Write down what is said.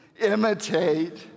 Imitate